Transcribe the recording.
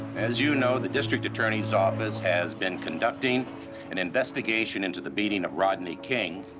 as you know, the district attorney's office has been conducting an investigation into the beating of rodney king.